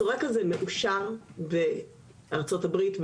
הסורק הזה מאושר בארצות הברית,